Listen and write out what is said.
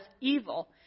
evil